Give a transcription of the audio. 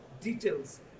details